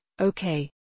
okay